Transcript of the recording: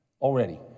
already